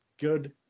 good